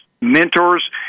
Mentors